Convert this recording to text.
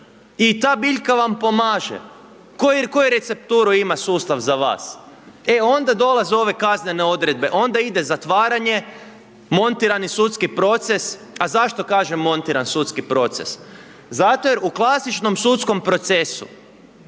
i ta biljka vam pomaže, koju recepturu ima sustav za vas, e onda dolaze ove kaznene odredbe, onda ide zatvaranje, montirani sudski proces, a zašto kažem montirani sudski proces? Zato jer u klasičnom sudskom procesu